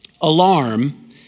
alarm